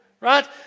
right